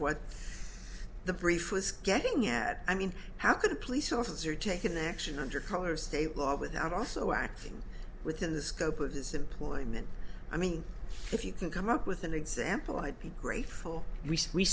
what the brief was getting at i mean how could a police officer take an action under color of state law without also acting within the scope of his employment i mean if you can come up with an example i'd be grateful we